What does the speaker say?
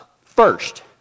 first